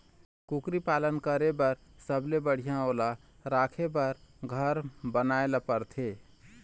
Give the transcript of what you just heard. कुकरी पालन करे बर सबले पहिली ओला राखे बर घर बनाए ल परथे